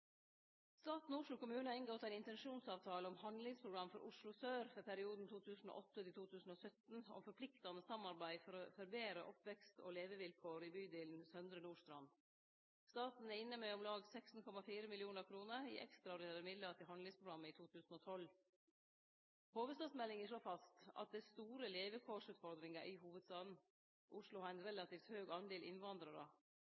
Staten og Oslo kommune har inngått ein intensjonsavtale om eit handlingsprogram for Oslo sør for perioden 2008–2017, om forpliktande samarbeid for å betre oppvekst- og levekåra i bydelen Søndre Nordstrand. Staten gir om lag 16,4 mill. kr i ekstraordinære midlar til handlingsprogrammet i 2012. Hovudstadsmeldinga slår fast at det er store levekårsutfordringar i hovudstaden. Oslo har ein